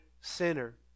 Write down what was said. sinner